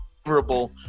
favorable